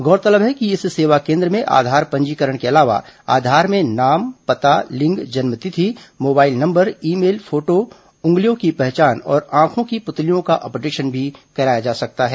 गौरतलब है कि इस सेवा केन्द्र में आधार पंजीकरण के अलावा आधार में नाम पता लिंग जन्म तिथि mobile number email photo उंगलियों की पहचान और आंखों की पुतलियों का अपडेशन भी कराया जा सकता है